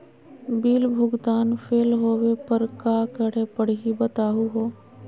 Bill भुगतान fail होवे पर का करै परही, बताहु हो?